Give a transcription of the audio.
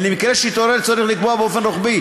ולמקרה שיתעורר צורך לקבוע באופן רוחבי